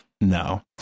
No